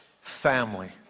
family